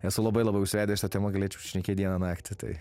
esu labai labai užsivedęs šia tema galėčiau šnekėt dieną naktį tai